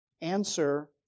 answer